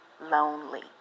lonely